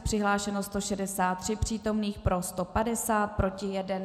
Přihlášeno 163 přítomných, pro 150, proti 1.